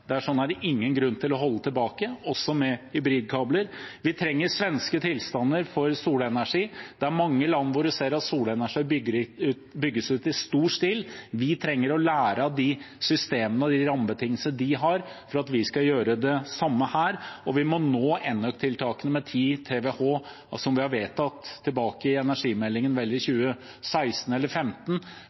er det ingen grunn til å holde tilbake, også med hybridkabler. Vi trenger svenske tilstander for solenergi. Det er mange land hvor vi ser at solenergi bygges ut i stor stil. Vi trenger å lære av de systemene og de rammebetingelsene som de har, for at vi skal gjøre det samme her, og vi må nå ENØK-tiltakene med 10 TWh, som vi har vedtatt tilbake i energimeldingen – det var vel i 2016 eller